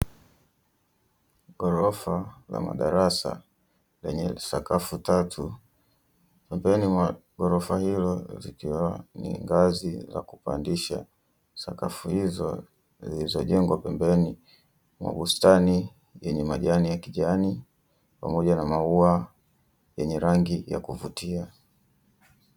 Gorofa la madarasa lenye sakafu tatu, pembeni mwa gorofa hilo likiwa ni ngazi za kupandisha, sakafu hizo zilizojengwa pembeni, mwa bustani yenye majani ya kijani, pamoja na maua yenye rangi ya kuvutia.